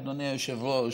אדוני היושב-ראש,